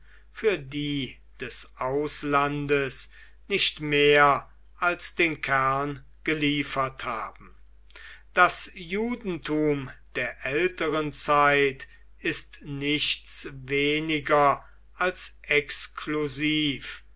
für die des auslandes nicht mehr als den kern geliefert haben das judentum der älteren zeit ist nichts weniger als exklusiv